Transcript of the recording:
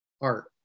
art